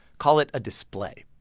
call it a display.